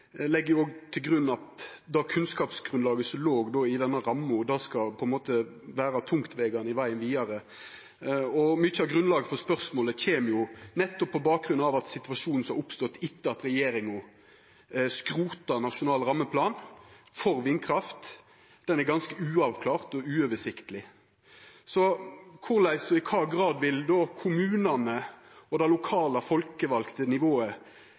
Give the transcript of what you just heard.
legg jo til grunn at det kunnskapsgrunnlaget som låg i denne ramma, på ein måte skal vera tungtvegande i vegen vidare. Og mykje av grunnlaget for spørsmålet kjem jo nettopp på bakgrunn av at situasjonen som har oppstått etter at regjeringa skrota nasjonal rammeplan for vindkraft, er ganske uavklart og uoversiktleg. Korleis og i kva grad vil kommunane og det lokale folkevalde nivået